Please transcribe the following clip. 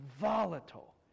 volatile